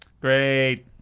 Great